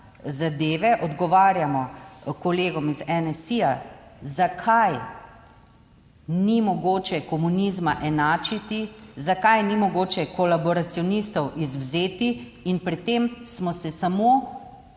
zadeve, odgovarjamo kolegom iz NSi, zakaj ni mogoče komunizma enačiti, zakaj ni mogoče kolaboracionistov izvzeti in pri tem smo se samo